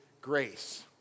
grace